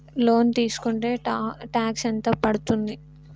Loan తీస్కుంటే tax ఎంత పడ్తుంది?